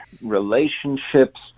relationships